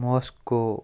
Moscow